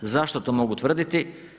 Zašto to mogu tvrditi?